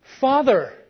father